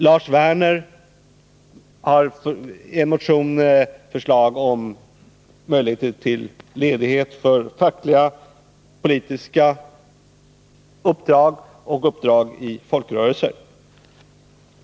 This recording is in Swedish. Lars Werner har i en motion framlagt förslag om rätt till tjänstledighet för arbete inom fackliga och politiska organisationer och inom folkrörelser.